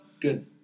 Good